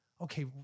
okay